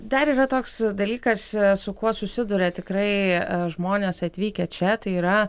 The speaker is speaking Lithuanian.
dar yra toks dalykas su kuo susiduria tikrai e žmonės atvykę čia tai yra